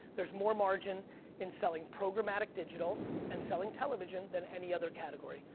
there's more margin in selling programmatic digital and selling television than any other category.